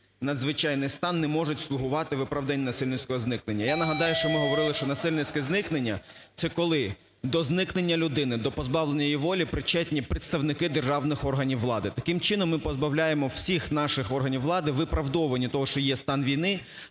надзвичайний стан, не можуть слугувати виправданням насильницького зникнення. Я нагадаю, що ми говорили, що насильницьке зникнення – це коли до зникнення людини, до позбавлення її волі причетні представники державних органів влади. Таким чином, ми позбавляємо всіх наших органів влади виправдовування того, що є стан війни